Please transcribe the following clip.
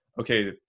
okay